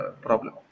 problem